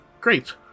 great